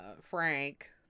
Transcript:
Frank